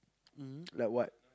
um like what